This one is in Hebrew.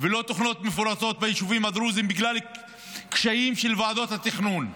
ולא תוכניות מפורטות ביישובים הדרוזיים בגלל קשיים של ועדות התכנון.